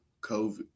COVID